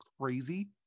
crazy